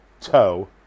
toe